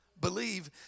believe